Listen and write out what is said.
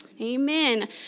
Amen